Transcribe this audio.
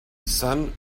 sun